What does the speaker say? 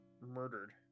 murdered